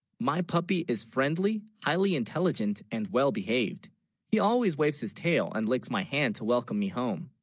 my, puppy is friendly highly intelligent and well behaved he always, wastes his tail and licks, my hand to welcome me home